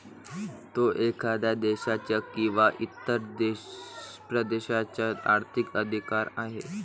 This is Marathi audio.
तो एखाद्या देशाचा किंवा इतर प्रदेशाचा आर्थिक अधिकार आहे